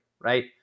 right